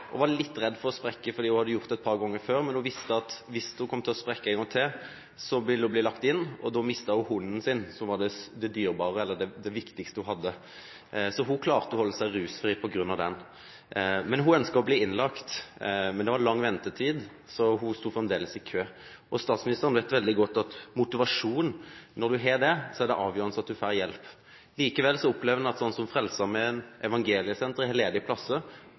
og var litt redd for å sprekke fordi hun hadde gjort det et par ganger før. Hun visste at hvis hun sprakk en gang til, ville hun bli lagt inn, og da ville hun miste hunden sin, som var det viktigste hun hadde. Hun klarte å holde seg rusfri på grunn av den, men hun ønsket å bli innlagt. Men det var lang ventetid, så hun sto fremdeles i kø. Statsministeren vet veldig godt at når man har motivasjon, er det avgjørende at man får hjelp. Likevel opplever man at f.eks. Frelsesarmeen og Evangeliesenteret har ledige plasser.